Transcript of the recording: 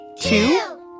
two